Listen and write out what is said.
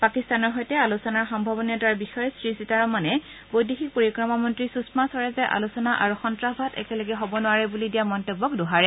পাকিস্তানৰ সৈতে আলোচনাৰ সম্ভাৱনীয়তাৰ বিষয়ে শ্ৰীসীতাৰমণে বৈদেশিক পৰিক্ৰমা মন্ত্ৰী সুষমা স্বৰাজে আলোচনা আৰু সন্তাসবাদ একেলগে হ'ব নোৱাৰে বুলি দিয়া মন্তব্যক দোহাৰে